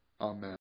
Amen